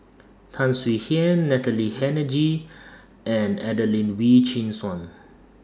Tan Swie Hian Natalie Hennedige and Adelene Wee Chin Suan